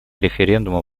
референдума